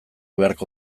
beharko